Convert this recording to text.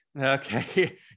Okay